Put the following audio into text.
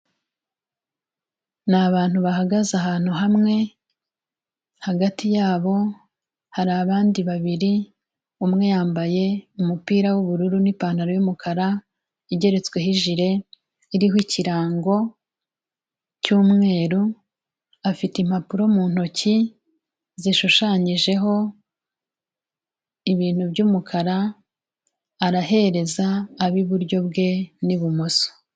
Ni abantu bahagaze ahantu hamwe, hagati yabo hari abandi babiri, umwe yambaye umupira w'ubururu n'ipantaro y'umukara, igeretsweho ijire iriho ikirango cy'umweru, afite impapuro mu ntoki zishushanyijeho ibintu by'umukara arahereza ab'iburyo bwe n'ibumoso.